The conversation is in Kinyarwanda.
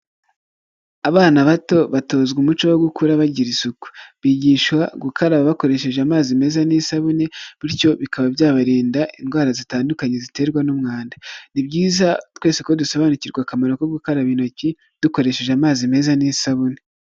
Abana bato batozwa umuco wo gukura bagira isuku. Bigishwa gukaraba bakoresheje amazi meza n'isabune, bityo bikaba byabarinda indwara zitandukanye ziterwa n'umwanda. Ni byiza twese ko dusobanukirwa akamaro ko gukaraba intoki, dukoresheje amazi meza n'isabune.